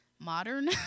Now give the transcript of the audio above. Modern